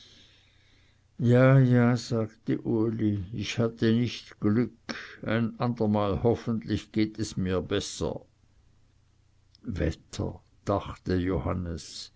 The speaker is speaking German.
ja ja sagte uli ich hatte nicht glück ein andermal hoffentlich geht es mir besser wetter dachte johannes